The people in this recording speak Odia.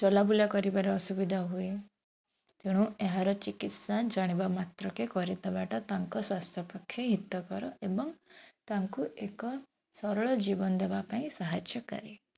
ଚଲାବୁଲା କରିବାର ଅସୁବିଧା ହୁଏ ତେଣୁ ଏହାର ଚିକିତ୍ସା ଜାଣିବା ମାତ୍ରକେ କରିଦବାଟା ତାଙ୍କ ସ୍ଵାସ୍ଥ୍ୟ ପକ୍ଷେ ହିତକର ଏବଂ ତାଙ୍କୁ ଏକ ସରଳ ଜୀବନ ଦେବାପାଇଁ ସାହାଯ୍ୟକାରୀ